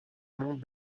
monde